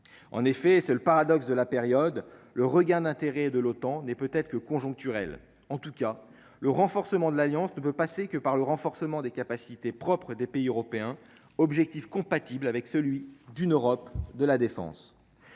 en effet, c'est le paradoxe de la période, le regain d'intérêt de l'OTAN n'est peut-être que conjoncturel en tout cas le renforcement de l'alliance ne peut passer que par le renforcement des capacités propres des pays européens, objectif compatible avec celui d'une Europe de la défense,